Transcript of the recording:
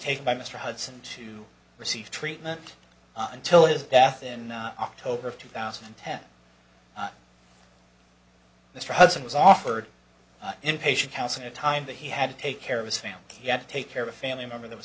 take by mr hudson to receive treatment until his death in october of two thousand and ten mr hudson was offered inpatient house and the time that he had to take care of his family he had to take care of a family member that was